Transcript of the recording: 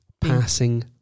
passing